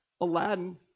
Aladdin